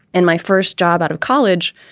and my first job out of college,